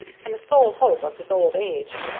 and the sole hope of his old age,